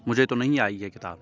مجھے تو نہیں آئی ہے کتاب